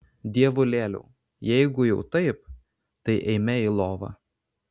dievulėliau jeigu jau taip tai eime į lovą